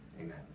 Amen